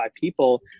people